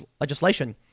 legislation